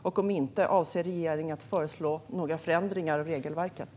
Om inte, avser regeringen att föreslå några förändringar av regelverket?